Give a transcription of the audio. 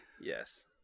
Yes